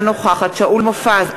אינה נוכחת שאול מופז,